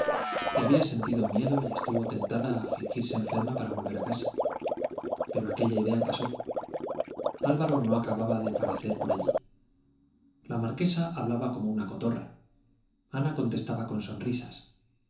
y había sentido miedo y estuvo tentada a fingirse enferma para volver a casa pero aquella idea pasó álvaro no acababa de parecer por allí la marquesa hablaba como una cotorra anita contestaba con sonrisas